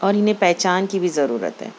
اور اِنہیں پہچان کی بھی ضرورت ہے